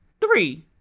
three